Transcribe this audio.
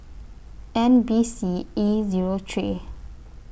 N B C E Zero three